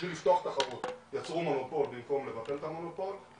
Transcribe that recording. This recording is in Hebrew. בשביל לפתוח תחרות יצרו מונופול במקום לבטל את המונופול,